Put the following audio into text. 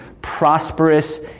prosperous